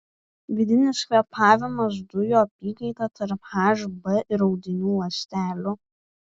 vidinis kvėpavimas dujų apykaita tarp hb ir audinių ląstelių